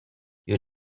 you